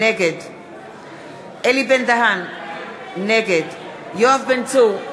נגד יואב בן צור,